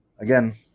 again